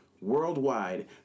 worldwide